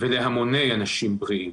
ולהמוני אנשים בריאים.